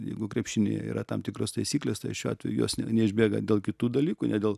jeigu krepšinyje yra tam tikros taisyklės tai šiuo atveju jos neišbėga dėl kitų dalykų ne dėl